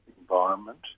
environment